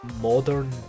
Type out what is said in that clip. modern